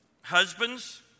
husbands